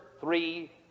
three